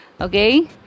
okay